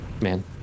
man